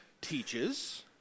teaches